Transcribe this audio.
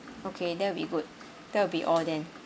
okay that will be good that will be all then